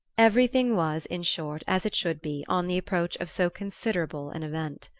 everything was, in short, as it should be on the approach of so considerable an event.